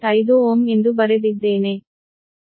5 Ω ಎಂದು ಬರೆದಿದ್ದೇನೆ